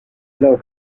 blow